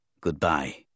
Goodbye